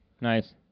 Nice